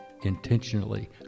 intentionally